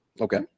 Okay